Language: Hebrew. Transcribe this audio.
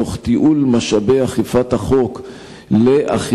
תוך תיעול משאבי אכיפת החוק לאכיפה